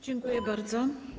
Dziękuję bardzo.